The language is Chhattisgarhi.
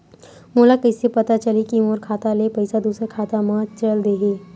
मोला कइसे पता चलही कि मोर खाता ले पईसा दूसरा खाता मा चल देहे?